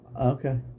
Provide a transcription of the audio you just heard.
Okay